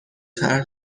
طرح